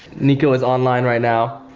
nico is online right now,